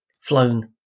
flown